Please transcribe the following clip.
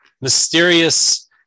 mysterious